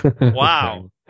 Wow